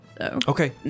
Okay